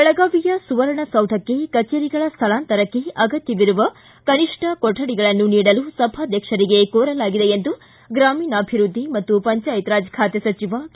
ಬೆಳಗಾವಿಯ ಸುವರ್ಣಸೌಧಕ್ಕೆ ಇಲಾಖೆಗಳ ಕಜೇರಿಗಳ ಸ್ವಳಾಂತರಕ್ಕೆ ಅಗತ್ಯವಿರುವ ಕನಿಷ್ಠ ಕೊರಡಿಗಳನ್ನು ನೀಡಲು ಸಭಾಧ್ಯಕ್ಷರಿಗೆ ಕೋರಲಾಗಿದೆ ಎಂದು ಗ್ರಾಮೀಣಾಭಿವೃದ್ಧಿ ಮತ್ತು ಪಂಚಾಯತ್ ಖಾತೆ ಸಚಿವ ಕೆ